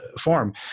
form